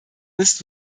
ist